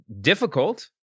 difficult